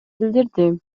билдирди